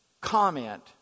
comment